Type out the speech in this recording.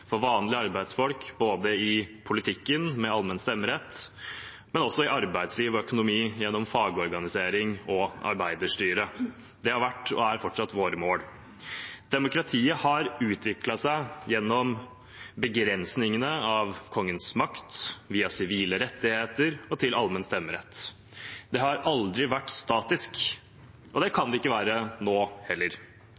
for makt og representasjon for vanlige arbeidsfolk i politikken, med allmenn stemmerett, og også i arbeidsliv og økonomi, gjennom fagorganisering og arbeiderstyre. Det har vært og er fortsatt våre mål. Demokratiet har utviklet seg gjennom begrensningene av Kongens makt, via sivile rettigheter og til allmenn stemmerett. Det har aldri vært statisk, og det kan